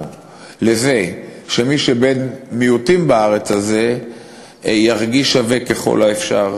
לזה שמי שהוא בן-מיעוטים בארץ הזאת ירגיש שווה ככל האפשר,